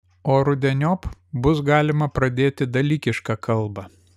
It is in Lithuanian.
o rudeniop bus galima pradėti dalykišką kalbą